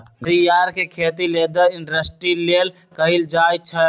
घरियार के खेती लेदर इंडस्ट्री लेल कएल जाइ छइ